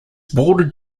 bordered